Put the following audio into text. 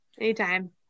anytime